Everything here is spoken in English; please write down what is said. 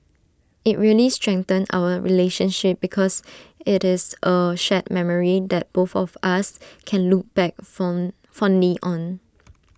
IT really strengthened our relationship because IT is A shared memory that both of us can look back fond fondly on